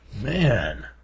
Man